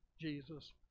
jesus